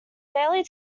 daily